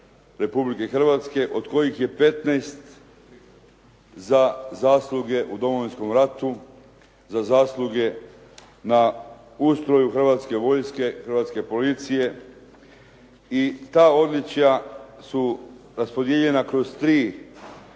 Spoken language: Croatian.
od kojih je 15 za zasluge u Domovinskom ratu, za zasluge na ustroju hrvatske vojske, hrvatske policije i ta odličja su raspodijeljena kroz tri segmenta